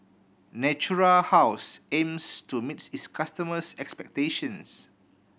Natura House aims to meet its customers' expectations